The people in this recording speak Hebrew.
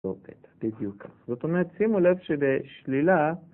טוב, בדיוק, זאת אומרת שימו לב שבשלילה